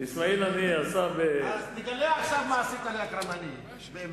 אז תגלה עכשיו מה עשית לאכרם הנייה, באמת.